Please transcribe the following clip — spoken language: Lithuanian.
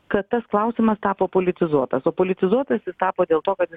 kad tas klausimas tapo politizuotas o politizuotas jis tapo dėl to kad